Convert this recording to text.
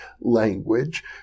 language